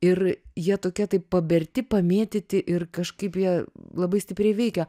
ir jie tokie taip paberti pamėtyti ir kažkaip jie labai stipriai veikia